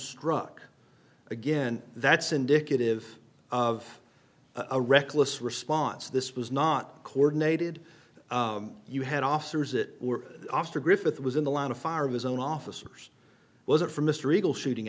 struck again that's indicative of a reckless response this was not coordinated you had officers that were oster griffith was in the line of fire of his own officers was it from mr eagle shooting